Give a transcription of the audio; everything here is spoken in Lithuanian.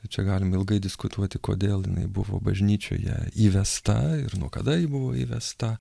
tai čia galime ilgai diskutuoti kodėl jinai buvo bažnyčioje įvesta ir nuo kada ji buvo įvesta